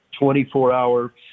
24-hour